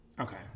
Okay